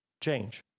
change